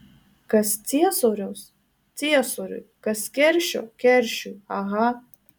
kas ciesoriaus ciesoriui kas keršio keršiui aha